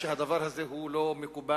שהדבר הזה הוא לא מקובל,